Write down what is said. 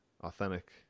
authentic